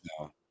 No